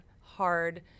hard